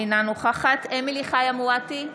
אינה נוכחת אמילי חיה מואטי,